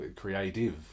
Creative